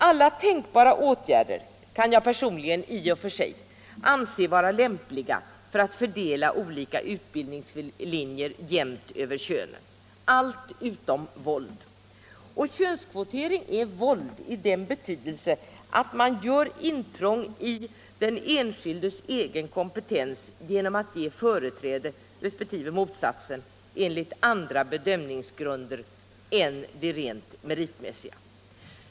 Alla tänkbara åtgärder kan jag personligen i och för sig anse vara lämpliga för att fördela olika utbildningslinjer jämnt över könen, allt utom våld. Och könskvotering är våld i den betydelsen att man gör intrång i den enskildes egen kompetens genom att man ger företräde resp. motsatsen enligt andra bedömningsgrunder än de rent meritmässiga.